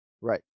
Right